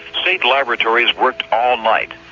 state laboratories worked um like